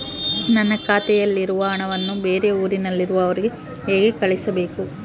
ನನ್ನ ಖಾತೆಯಲ್ಲಿರುವ ಹಣವನ್ನು ಬೇರೆ ಊರಿನಲ್ಲಿರುವ ಅವರಿಗೆ ಹೇಗೆ ಕಳಿಸಬೇಕು?